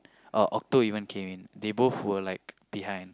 or Okto even came in they both were like behind